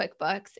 QuickBooks